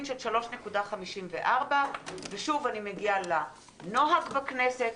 של 3.54 ושוב אני מגיעה לנוהג בכנסת,